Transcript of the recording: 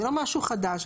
זה לא משהו חדש.